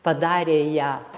padarė ją